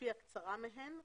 לפי הקצרה מהן,